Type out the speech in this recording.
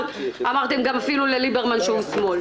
אמרתם אפילו לליברמן שהוא שמאל.